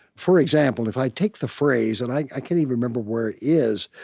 for example, if i take the phrase and i can't even remember where it is